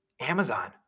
Amazon